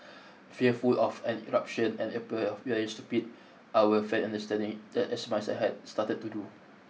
fearful of an eruption and stupid I would feign understanding that as my son had started to do